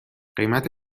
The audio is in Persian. قیمت